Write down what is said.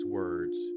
words